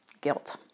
guilt